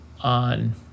on